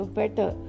better